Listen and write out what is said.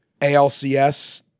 ALCS